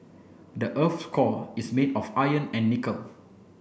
the earth's core is made of iron and nickel